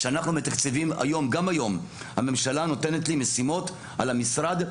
גם היום הממשלה נותנת לי משימות על המשרד,